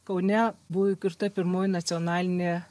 kaune buvo įkurta pirmoji nacionalinė